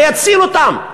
זה יציל אותם.